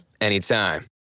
anytime